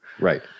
Right